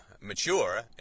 mature